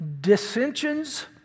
dissensions